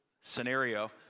scenario